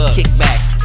Kickbacks